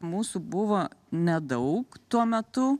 mūsų buvo nedaug tuo metu